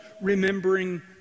remembering